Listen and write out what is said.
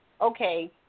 okay